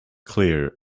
clear